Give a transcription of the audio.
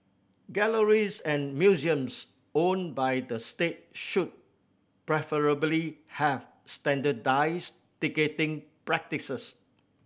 galleries and museums owned by the state should preferably have standardised ticketing practices